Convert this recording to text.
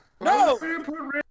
No